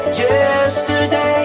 yesterday